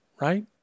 right